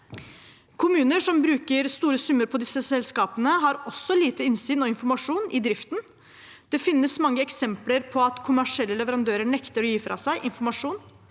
Kommuner som bruker store summer på disse selskapene, har også lite innsyn i og informasjon om driften. Det finnes mange eksempler på at kommersielle leverandører nekter å gi fra seg informasjon